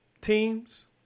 teams